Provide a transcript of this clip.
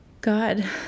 God